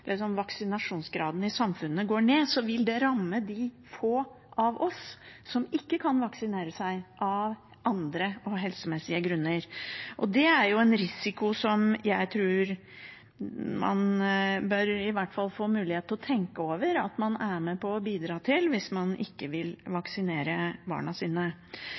Hvis vaksinasjonsgraden i samfunnet går ned, vil det ramme de få som ikke kan vaksineres av andre og helsemessige grunner. Det er en risiko som jeg tror man i hvert fall bør få mulighet til å tenke over at man er med på å bidra til hvis man ikke vil vaksinere barna sine.